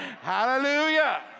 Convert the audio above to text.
hallelujah